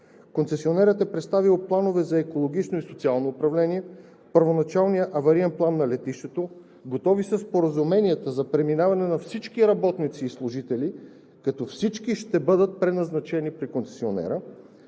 Концесионерът е представил планове за екологично и социално управление, първоначалният авариен план на летището. Готови са споразуменията за преминаване на всички работници и служители, като всички ще бъдат преназначени при концесионера.